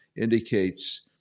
indicates